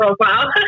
profile